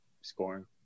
scoring